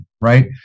right